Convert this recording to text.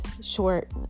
short